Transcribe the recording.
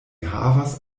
havas